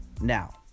Now